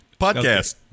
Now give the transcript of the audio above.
Podcast